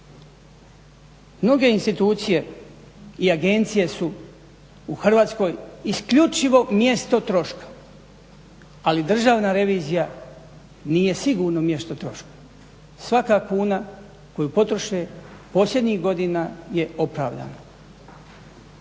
Mnoge institucije i agencije su u Hrvatskoj isključivo mjesto troška, ali Državna revizija nije sigurno mjesto troška. Svaka kuna koju potroše posljednjih godina je opravdana.